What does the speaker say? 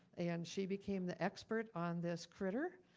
and she became the expert on this critter.